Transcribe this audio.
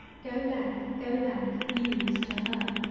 go lack go lack use to her.